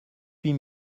huit